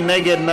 מי נגד?